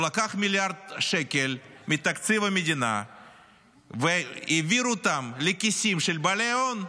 הוא לקח מיליארד שקל מתקציב המדינה והעביר אותם לכיסים של בעלי הון,